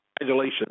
congratulations